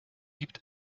gibt